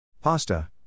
Pasta